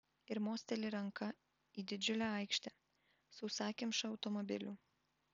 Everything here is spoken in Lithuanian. ir mosteli ranka į didžiulę aikštę sausakimšą automobilių